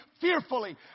fearfully